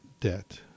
debt